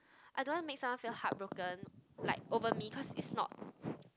I don't want make someone feel heartbroken like over me because is not